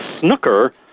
snooker